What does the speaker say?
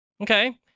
Okay